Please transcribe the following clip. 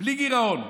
בלי גירעון.